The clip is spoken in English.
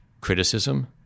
criticism